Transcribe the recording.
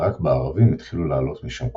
ורק בערבים התחילו לעלות משם קולות.